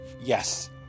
Yes